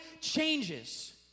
changes